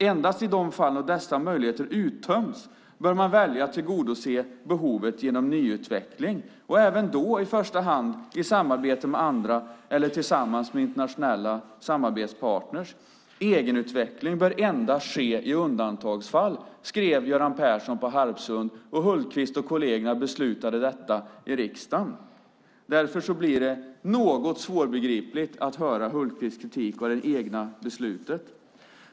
Endast i de fall då dessa möjligheter uttömts bör man välja att tillgodose behovet genom en nyutveckling, och även då i första hand i samarbete med andra eller tillsammans med internationella samarbetspartners. Egenutveckling bör ske endast i undantagsfall." Detta skrev Göran Persson på Harpsund, och Hultqvist och kollegerna beslutade detta i riksdagen. Därför blir det något svårbegripligt att höra Hultqvists kritik av det egna beslutet.